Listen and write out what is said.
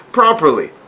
properly